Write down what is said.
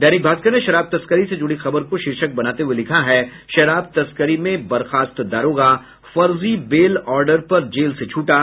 दैनिक भास्कर ने शराब तस्करी से जुड़ी खबर को शीर्षक बनाते हुये लिखा है शराब तस्करी में बर्खास्त दारोगा फर्जी बेल ऑर्डर पर जेल से छूटा